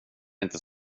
inte